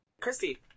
Christy